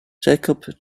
jacob